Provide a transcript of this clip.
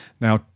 Now